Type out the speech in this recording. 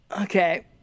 Okay